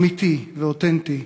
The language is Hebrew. אמיתי ואותנטי